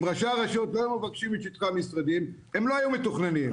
אם ראשי הרשויות לא היו מבקשים שטחי משרדים הם לא היו מתוכננים.